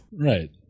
Right